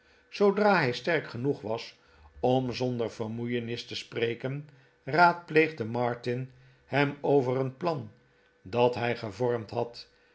zoodra hij sterk genoeg was om zonder vermoeienis te spreken raadpleegde martin hem over een plan dat hij gevormd had